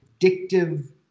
addictive